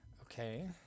Okay